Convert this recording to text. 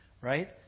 Right